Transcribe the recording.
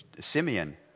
Simeon